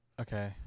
Okay